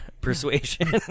persuasion